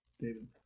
David